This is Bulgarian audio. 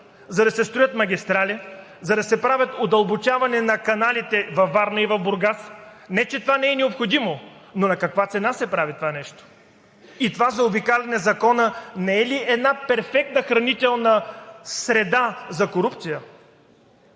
за да се строят магистрали, за да се прави удълбочаване на каналите във Варна и в Бургас?! Не че това не е необходимо, но на каква цена се прави това нещо?! Това заобикаляне на закона не е ли една перфектна хранителна среда за корупция?